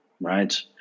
Right